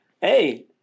Hey